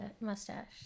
mustache